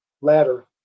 ladder